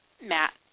Matt